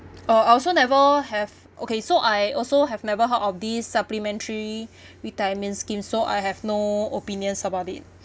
uh I also never have okay so I also have never heard of these supplementary retirement scheme so I have no opinions about it